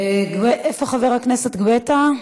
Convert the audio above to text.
איפה חבר הכנסת גואטה?